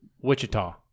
Wichita